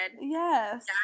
Yes